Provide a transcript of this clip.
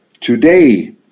Today